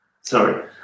sorry